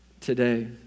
today